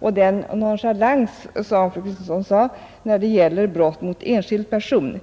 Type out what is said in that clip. och den nonchalans som visas när det gäller brott mot enskild person.